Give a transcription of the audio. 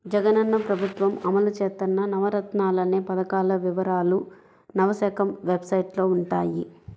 జగనన్న ప్రభుత్వం అమలు చేత్తన్న నవరత్నాలనే పథకాల వివరాలు నవశకం వెబ్సైట్లో వుంటయ్యి